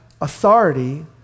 authority